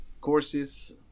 courses